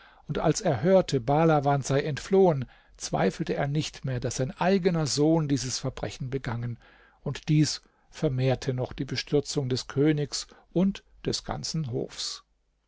als er hörte bahlawan sei entflohen zweifelte er nicht mehr daß sein eigener sohn dieses verbrechen begangen und dies vermehrte noch die bestürzung des königs und des ganzen hofs